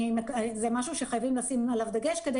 זה משהו שחייבים לשים עליו דגש כדי